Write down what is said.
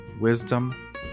Wisdom